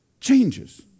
changes